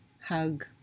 hug